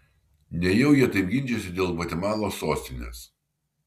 nejau jie taip ginčijasi dėl gvatemalos sostinės